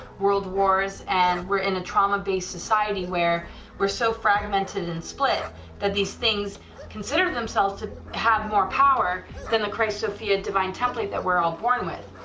world wars and we're in a trauma based society where we're so fragmented and split that these things consider themselves to have more power than the christos-sophia divine template that we're all born with.